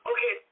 Okay